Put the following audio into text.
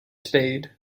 spade